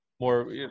more